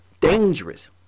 dangerous